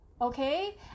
okay